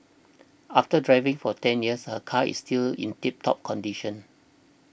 after driving for ten years her car is still in tip top condition